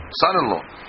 son-in-law